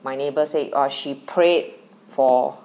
my neighbour say orh she prayed for